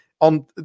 On